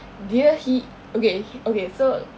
dia he okay okay so